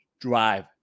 drive